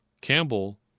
Campbell